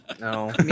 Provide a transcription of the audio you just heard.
No